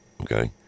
okay